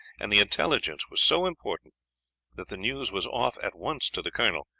and the intelligence was so important that the news was off at once to the colonel,